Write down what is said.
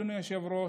אדוני היושב-ראש,